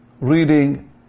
reading